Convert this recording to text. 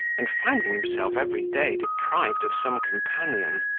and finding himself every day deprived of some companion,